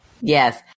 Yes